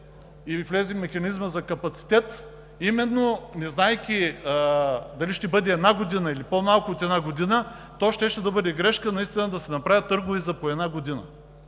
или влезе Механизмът за капацитета, именно не знаейки дали ще бъде една година, или по-малко от една година, то наистина щеше да бъде грешка да се направят търгове за по една година.